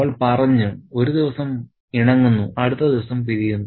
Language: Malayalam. അവൾ പറഞ്ഞു ഒരു ദിവസം ഇണങ്ങുന്നു അടുത്ത ദിവസം പിരിയുന്നു